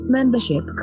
Membership